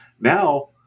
Now